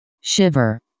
Shiver